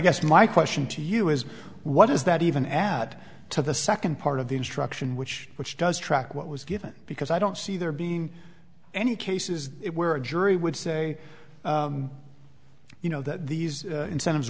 guess my question to you is what does that even add to the second part of the instruction which which does track what was given because i don't see there being any cases where a jury would say you know that these